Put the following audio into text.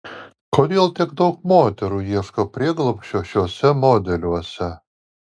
kodėl tiek daug moterų ieško prieglobsčio šiuose modeliuose